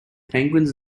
penguins